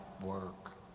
work